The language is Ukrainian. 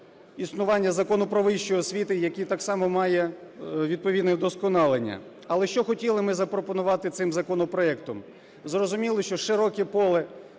існування Закону "Про вищу освіту", який так само має відповідне вдосконалення. Але що хотіли ми запропонувати цим законопроектом. Зрозуміло, що широке поле